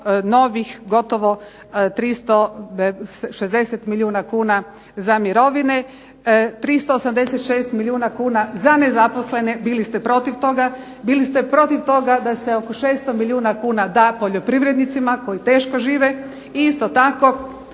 novih gotovo 360 milijuna kuna mirovine, 386 milijuna kuna za nezaposlene. Bili ste protiv toga. Bili ste protiv toga da se oko 600 milijuna kuna da poljoprivrednicima koji teško žive i isto tako